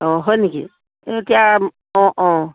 অঁ হয় নেকি এতিয়া অঁ অঁ